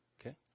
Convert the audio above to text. Okay